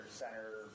center